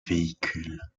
véhicule